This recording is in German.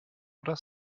oder